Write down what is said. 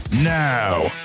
Now